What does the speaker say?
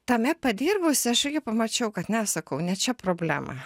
tame padirbusi aš irgi pamačiau kad ne sakau ne čia problema